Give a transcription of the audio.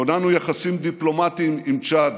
כוננו יחסים דיפלומטיים עם צ'אד,